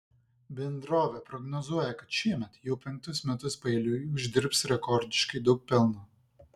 bendrovė prognozuoja kad šiemet jau penktus metus paeiliui uždirbs rekordiškai daug pelno